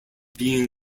being